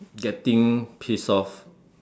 getting pissed off